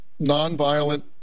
nonviolent